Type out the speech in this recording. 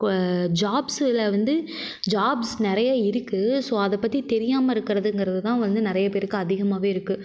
ஜாப்சில் வந்து ஜாப்ஸ் நிறைய இருக்குது ஸோ அதை பற்றி தெரியாமல் இருக்கிறதுங்குறதுதான் வந்து நிறைய பேருக்கு அதிகமாகவே இருக்குது